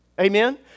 Amen